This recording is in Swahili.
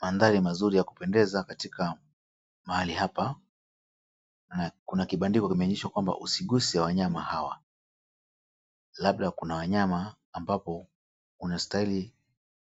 Maanthari mazuri ya kupendeza katika mahali hapa. Kuna kibandiko kimeonyesha kwamba usiwaguze wanyama hawa, labda kuna wanyama ambapo unastahili